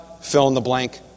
fill-in-the-blank